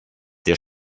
der